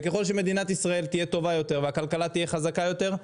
וככל שמדינת ישראל תהיה טובה יותר והכלכלה תהיה חזקה יותר,